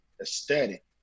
aesthetic